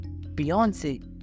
Beyonce